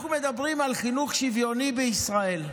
אנחנו מדברים על חינוך שוויוני בישראל,